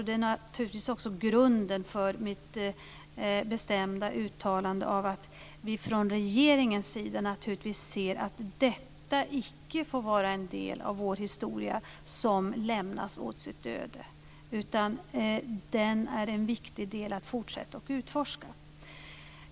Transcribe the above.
Det är naturligtvis också grunden för mitt bestämda uttalande om att vi i regeringen anser att detta icke får vara en del av vår historia som lämnas åt sitt öde. Den är en viktig del att fortsätta att utforska.